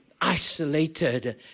isolated